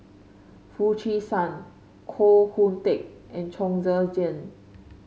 Foo Chee San Koh Hoon Teck and Chong Tze Chien